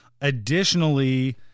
Additionally